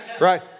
right